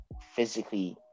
physically